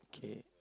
okay